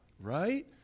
Right